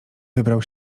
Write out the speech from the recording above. wybrał